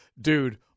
Dude